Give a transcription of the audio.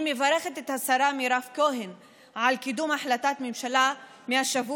אני מברכת את השרה מירב כהן על קידום החלטת ממשלה מהשבוע,